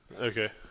Okay